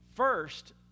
First